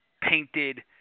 painted –